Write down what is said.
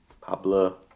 Pablo